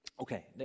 Okay